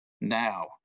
now